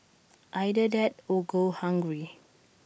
either that or go hungry